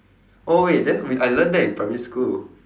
oh wait then we I learnt that in primary school